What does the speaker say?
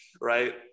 right